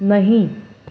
نہیں